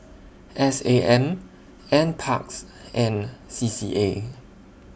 S A M NParks and C C A